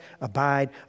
abide